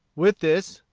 with this,